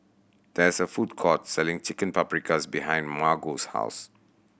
there is a food court selling Chicken Paprikas behind Margo's house